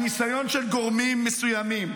הניסיונות של גורמים מסוימים